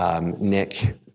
Nick